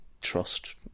trust